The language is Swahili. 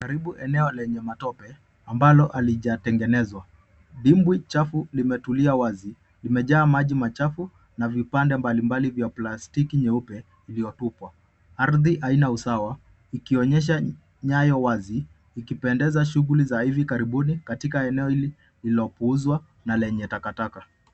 Karibu eneo lenye matope, ambalo halijatengenezwa, dimbwi chafu limetulia wazi. Limejaa maji machafu, na vipande mbalimbali vya plastiki nyeupe iliyotupwa. Ardhi haina usawa, ikionyesha nyayo wazi, ikipendeza shughuli za hivi karibuni katika eneo hili lililopuuzwa na lenye takataka.